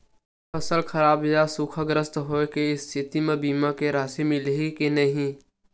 फसल खराब या सूखाग्रस्त होय के स्थिति म बीमा के राशि मिलही के नही?